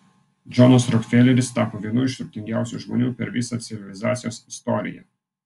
džonas rokfeleris tapo vienu iš turtingiausių žmonių per visą civilizacijos istoriją